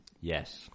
Yes